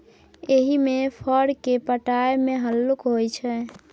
एहिमे फर केँ पटाएब मे हल्लुक होइ छै